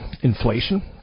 inflation